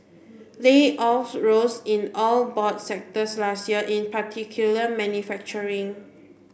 layoffs rose in all broad sectors last year in particular manufacturing